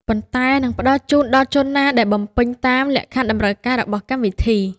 ប៉ុន្តែនឹងផ្តល់ជូនដល់ជនណាដែលបំពេញតាមលក្ខខណ្ឌតម្រូវរបស់កម្មវិធី។